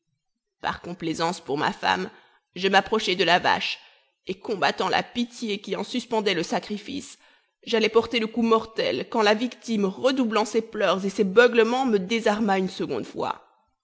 par complaisance pour ma femme je m'approchai de la vache et combattant la pitié qui en suspendait le sacrifice j'allais porter le coup mortel quand la victime redoublant ses pleurs et ses beuglements me désarma une seconde fois